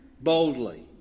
boldly